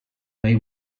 may